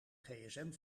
gsm